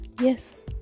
yes